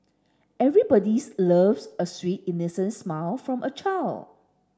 everybodies loves a sweet innocent smile from a child